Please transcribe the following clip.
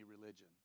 religion